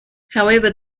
however